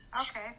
okay